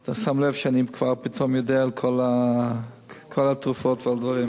אתה שם לב שאני פתאום כבר יודע על כל התרופות ועל דברים.